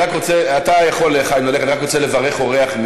אתה יכול ללכת,